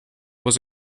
was